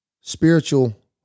spiritual